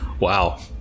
Wow